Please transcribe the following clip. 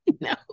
No